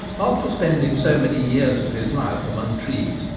after spending so many years of his life among trees,